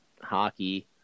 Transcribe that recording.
hockey